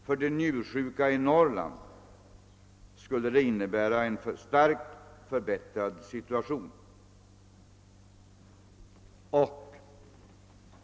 För de njursjuka i Norrland skulle det innebära en starkt förbättrad situation.